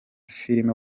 filime